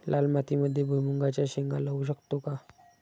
लाल मातीमध्ये भुईमुगाच्या शेंगा लावू शकतो का?